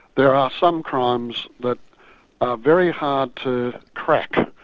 there are some crimes that are very hard to track.